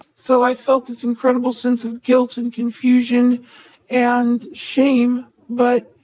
so i felt this incredible sense of guilt and confusion and shame, but